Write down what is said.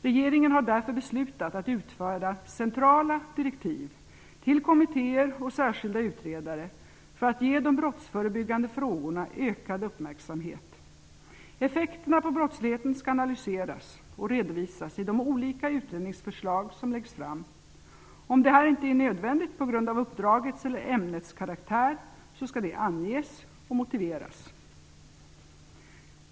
Regeringen har därför beslutat att utfärda centrala direktiv till kommittéer och särskilda utredare för att ge de brottsförebyggande frågorna ökad uppmärksamhet. Effekterna på brottsligheten skall analyseras och redovisas i de olika utredningsförslag som läggs fram. Om det inte är nödvändigt på grund av uppdragets eller ämnets karaktär skall det anges och motiveras.